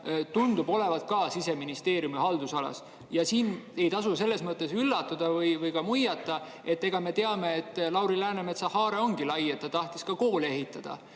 tööandja, on Siseministeeriumi haldusalas. Siin ei tasu selles mõttes üllatuda või ka muiata, sest me teame, et Lauri Läänemetsa haare ongi lai: ta tahtis ka koole ehitada.